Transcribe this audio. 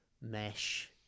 mesh